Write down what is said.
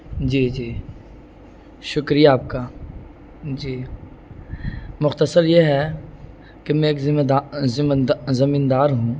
جی جی شکریہ آپ کا جی مختصر یہ ہے کہ میں ایک ذمہ زمین دار ہوں